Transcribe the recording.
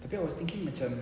tapi I was thinking macam